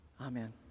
Amen